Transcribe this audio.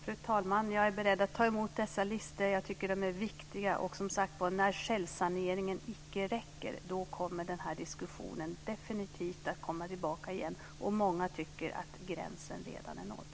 Fru talman! Jag är beredd att ta emot dessa listor. Jag tycker att de är viktiga. När självsaneringen icke räcker kommer den här diskussionen definitivt att komma tillbaka igen, och många tycker att gränsen redan är nådd.